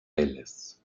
elles